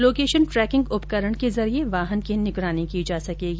location tracking उपकरण के जरिए वाहन की निगरानी की जा सकेगी